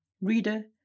Reader